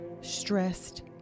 stressed